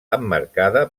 emmarcada